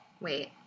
Wait